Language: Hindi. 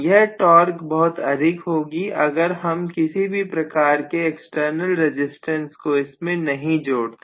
यह टॉर्क बहुत अधिक होगी अगर हम किसी भी प्रकार के एक्सटर्नल रेजिस्टेंस को इसमें नहीं जोड़ते